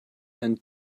and